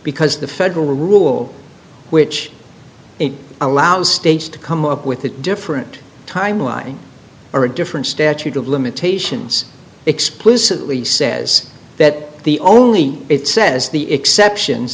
because the federal rule which it allows states to come up with a different timeline or a different statute of limitations explicitly says that the only it says the exceptions